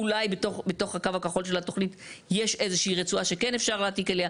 אולי בתוך הקו הכחול של התוכנית יש איזושהי רצועה שכן אפשר להעתיק אליה.